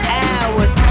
hours